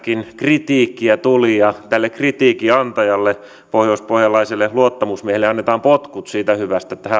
kritiikkiä tuli ja tälle kritiikin antajalle pohjoispohjalaiselle luottamusmiehelle annetaan potkut siitä hyvästä että hän